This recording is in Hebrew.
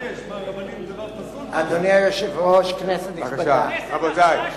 אדוני היושב-ראש, כנסת נכבדה,